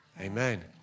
Amen